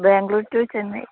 Bangalore to Chennai